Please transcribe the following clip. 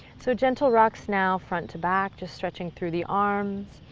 so gentle rocks now, front to back, just stretching through the arms,